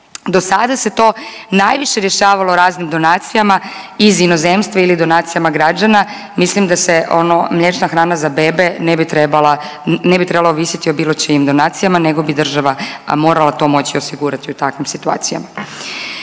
Do sada se to najviše rješavalo raznim donacijama iz inozemstva ili donacijama građana, mislim da se ono mliječna hrana za bebe ne bi trebalo ovisiti o bilo čijim donacijama nego bi država morala to moći osigurati u takvim situacijama.